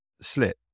slip